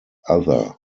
other